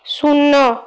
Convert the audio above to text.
শূন্য